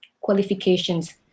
qualifications